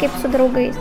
kaip su draugais